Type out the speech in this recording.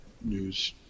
news